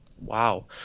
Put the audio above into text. Wow